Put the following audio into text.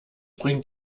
bringt